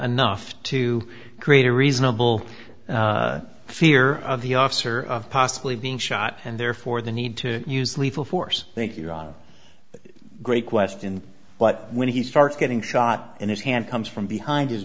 enough to create a reasonable fear of the officer of possibly being shot and therefore the need to use lethal force thank you ron great question but when he starts getting shot and his hand comes from behind his